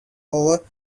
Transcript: over